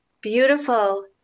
beautiful